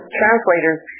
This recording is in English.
translators